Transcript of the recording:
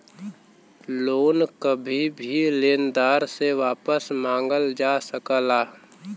loan कभी भी लेनदार से वापस मंगल जा सकला